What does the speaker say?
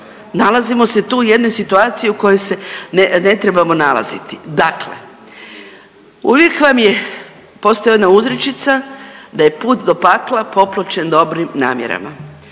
nalazimo se tu u jednoj situaciju u kojoj se ne trebamo nalaziti. Dakle, uvijek vam je postoji jedna uzrečica da je put do pakla popločen dobrim namjerama.